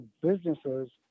businesses